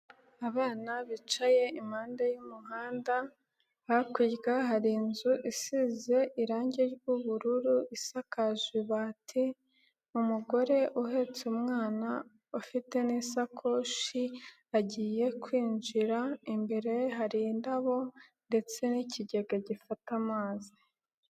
Abana bicaye impande y'umuhanda, hakurya hari inzu isize irangi ry'ubururu isakaje ibati, umugore uhetse umwana ufite n'isakoshi agiye kwinjira, imbere hari indabo ndetse n'ikigega gifata amazi.